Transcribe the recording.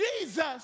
Jesus